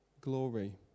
glory